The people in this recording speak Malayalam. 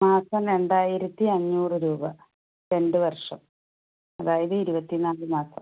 മാസം രണ്ടായിരത്തി അഞ്ഞൂറ് രൂപ രണ്ട് വർഷം അതായത് ഇരുപത്തി നാല് മാസം